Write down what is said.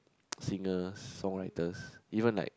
singers songwriters even like